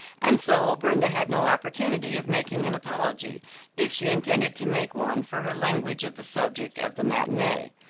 and so brenda had no opportunity of making an apology if she intended to make one for her language of the subject of the matinee.